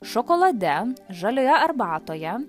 šokolade žalioje arbatoje